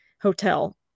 hotel